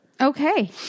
Okay